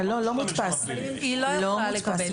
לקבל.